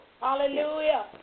Hallelujah